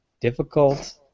difficult